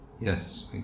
Yes